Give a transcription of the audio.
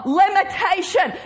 limitation